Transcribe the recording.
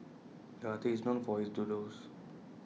the artist is known for his doodles